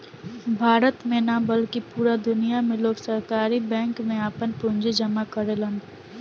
भारत में ना बल्कि पूरा दुनिया में लोग सहकारी बैंक में आपन पूंजी जामा करेलन